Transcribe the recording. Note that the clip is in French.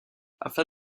afin